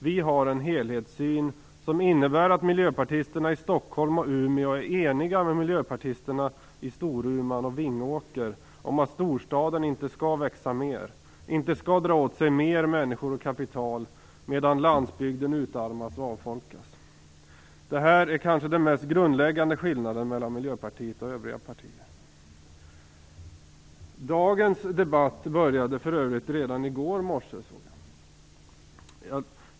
Vi har en helhetssyn som innebär att miljöpartisterna i Stockholm och Umeå är eniga med miljöpartisterna i Storuman och Vingåker om att storstaden inte skall växa mera, inte skall dra till sig fler människor och mer kapital, samtidigt som landsbygden utarmas och avfolkas. Det är kanske den mest grundläggande skillnaden mellan Miljöpartiet och övriga partier. Dagens debatt började för övrigt redan i går morse, har jag märkt.